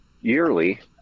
yearly